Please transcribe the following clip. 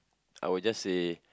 I will just say